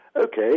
Okay